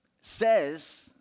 says